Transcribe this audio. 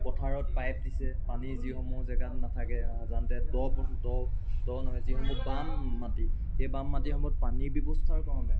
পথাৰত পাইপ দিছে পানীৰ যিসমূহ জেগাত নাথাকে সাধাৰণতে দ দ দ নহয় যিসমূহ বাম মাটি সেই বাম মাটিসমূহত পানী ব্যৱস্থাৰ কাৰণে